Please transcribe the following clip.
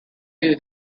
who